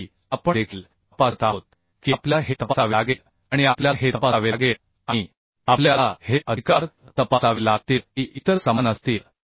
यासाठी आपण देखील तपासत आहोत की आपल्याला हे तपासावे लागेल आणि आपल्याला हे तपासावे लागेल आणि आपल्याला हे अधिकार तपासावे लागतील की इतर समान असतील